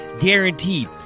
guaranteed